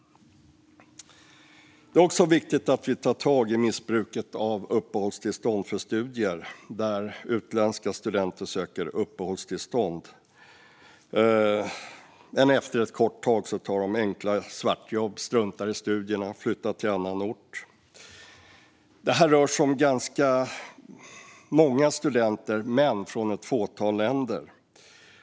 Det är också viktigt att vi tar tag i missbruket av uppehållstillstånd för studier bland utländska studenter. Efter ett kort tag tar de enklare svartjobb, struntar i studierna och flyttar till annan ort. Detta rör sig om ganska många studenter men från ett fåtal länder.